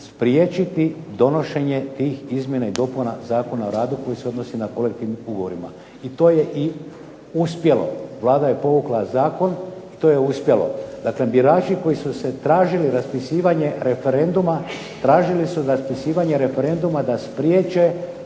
spriječiti donošenje tih izmjena i dopuna Zakona o radu koji se odnosi na kolektivni ugovor. I to je i uspjelo. Vlada je povukla zakon i to je uspjelo. Dakle, birači koji su tražili raspisivanje referenduma tražili su raspisivanje referenduma da spriječe